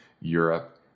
Europe